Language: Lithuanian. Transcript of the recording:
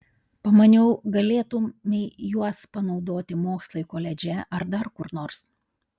pamaniau galėtumei juos panaudoti mokslui koledže ar dar kur nors